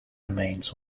remains